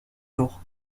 jours